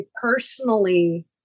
personally